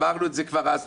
אמרנו את זה כבר אז,